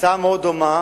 הצעה מאוד דומה,